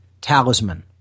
talisman